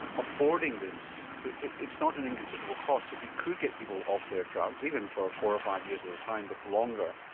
affording this, it's not an inconsiderable cost. if you could get people off their drugs, even for four or five years at a time but longer,